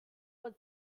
was